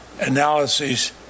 analyses